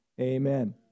amen